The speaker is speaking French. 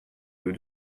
deux